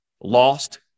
lost